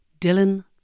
Dylan